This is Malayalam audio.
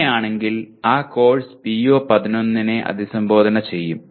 അങ്ങനെയാണെങ്കിൽ ആ കോഴ്സ് PO 11 നെ അഭിസംബോധന ചെയ്യും